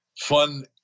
fun